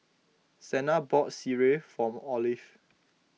Sena bought Sireh for Olive